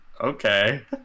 Okay